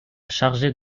chargé